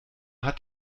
hat